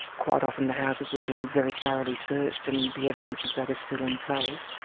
quite often the houses have been very thoroughly searched, and the evidence of that is still in place.